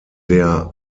der